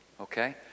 Okay